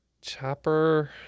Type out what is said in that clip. Chopper